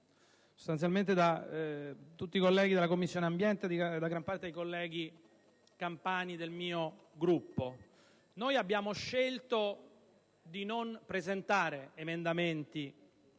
sostanzialmente, da tutti i colleghi della Commissione ambiente e da gran parte dei colleghi campani del mio Gruppo. Noi abbiamo scelto di non presentare emendamenti